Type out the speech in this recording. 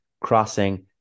crossing